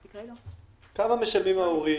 כמה משלמים ההורים?